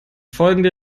folgende